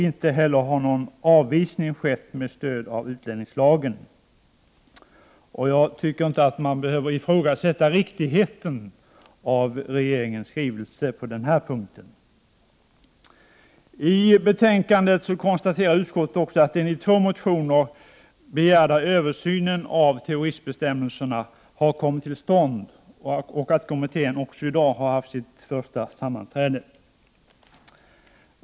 Inte heller har någon avvisning skett med stöd av utlänningslagen. Jag tycker inte att man behöver ifrågasätta riktigheten av regeringens skrivelse på denna punkt. I betänkandet konstaterar utskottet också att den i två motioner begärda översynen av terroristbestämmelserna har kommit till stånd. Kommittén har i dag haft sitt första sammanträde.